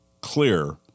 clear